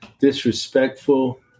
disrespectful